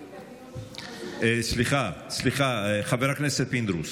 סליחה, חבר הכנסת פינדרוס.